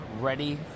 ready